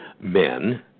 men